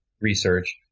research